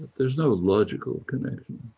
there's no logical connection.